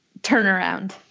turnaround